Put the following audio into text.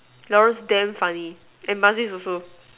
Naruf damn funny and Bazif also